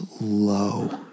low